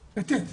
לתת,